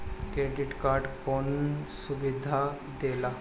Credit card कौन सुबिधा देला?